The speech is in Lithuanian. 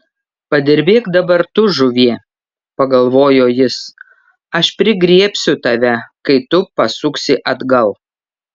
padirbėk dabar tu žuvie pagalvojo jis aš prigriebsiu tave kai tu pasuksi atgal